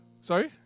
Sorry